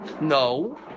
No